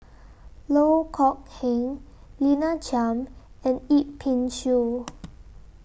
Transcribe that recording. Loh Kok Heng Lina Chiam and Yip Pin Xiu